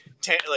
ten